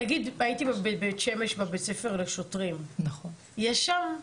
בבית שמש בבית ספר לשוטרים, יש שם?